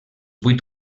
vuit